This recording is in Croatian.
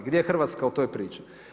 Gdje je Hrvatska u toj priči?